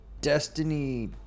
Destiny